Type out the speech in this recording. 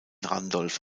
randolph